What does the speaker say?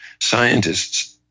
scientists